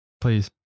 Please